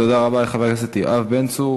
תודה רבה לחבר הכנסת יואב בן צור.